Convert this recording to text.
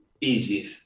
easier